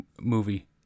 movie